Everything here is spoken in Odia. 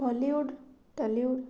Bollywood Tollywood